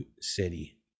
city